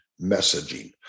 messaging